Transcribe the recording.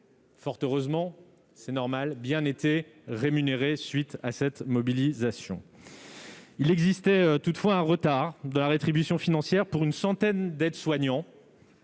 Fort heureusement, c'est normal bien été rémunérés suite à cette mobilisation. Il existait toutefois un retard de la rétribution financière pour une centaine d'aide-soignants